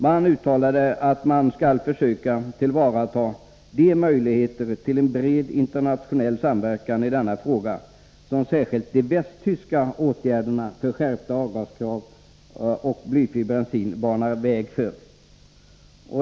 Man uttalade att man skall försöka tillvarata de möjligheter till en bred internationell samverkan i denna fråga som särskilt de västtyska åtgärderna för skärpta avgaskrav och blyfri bensin banar väg för.